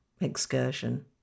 excursion